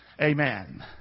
amen